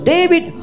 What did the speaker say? David